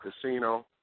casino